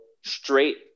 straight